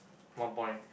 one point